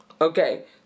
Okay